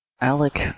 Alec